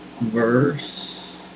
verse